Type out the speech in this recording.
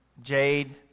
Jade